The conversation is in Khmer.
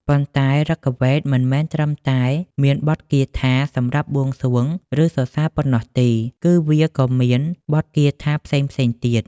ប៉ុន្តែ ឫគវេទមិនមែនត្រឹមតែមានបទគាថាសម្រាប់បួងសួង ឬសរសើរប៉ុណ្ណោះទេ គឺវាក៏មាន បទគាថាផ្សេងៗទៀត។